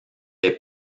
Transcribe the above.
les